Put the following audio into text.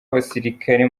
abasirikare